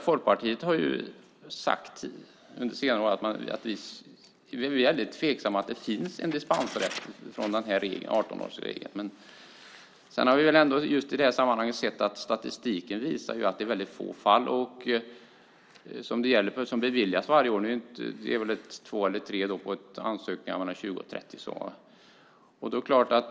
Folkpartiet har under senare år sagt att vi är väldigt tveksamma till att det finns en dispensrätt när det gäller denna regel. Statistiken visar dock att det är väldigt få fall som beviljas varje år. Det handlar om 2 eller 3 fall som beviljas av 20 eller 30 ansökningar.